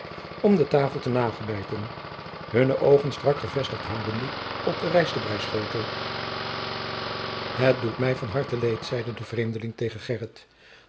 om de tafel te nagelbijten hunne oogen strak gevestigd houdende op den rijstenbrijschotel het doet mij van harte leed zeide de vreemdeling tegen